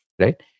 right